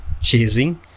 chasing